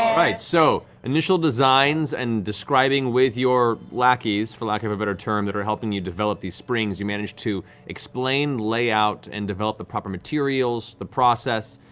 right, so, initial designs and describing with your lackeys, for lack of a better term, that are helping you develop these springs, you manage to explain, lay out, and develop the proper materials, the process,